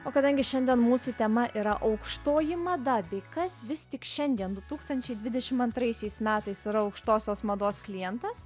o kadangi šiandien mūsų tema yra aukštoji mada bei kas vis tik šiandien du tūkstančiai dvidešim antraisiais metais yra aukštosios mados klientas